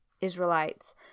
Israelites